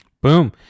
Boom